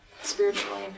spiritually